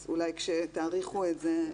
אז אולי כשתאריכו את זה,